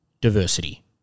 diversity